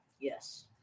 Yes